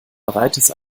breites